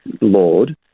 Lord